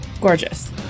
gorgeous